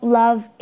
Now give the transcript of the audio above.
love